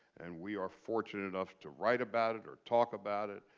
and we are fortunate enough to write about it, or talk about it,